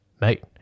Mate